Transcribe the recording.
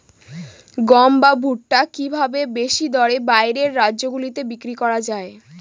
গম বা ভুট্ট কি ভাবে বেশি দরে বাইরের রাজ্যগুলিতে বিক্রয় করা য়ায়?